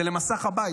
זה למסך הבית.